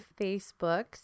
Facebook